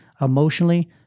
emotionally